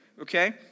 okay